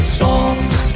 songs